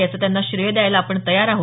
याचे त्यांना श्रेय द्यायला आपण तयार आहे